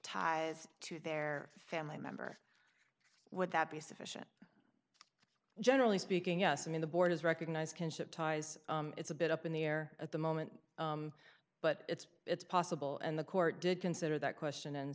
ties to their family member would that be sufficient generally speaking yes i mean the board has recognised kinship ties it's a bit up in the air at the moment but it's it's possible and the court did consider that question and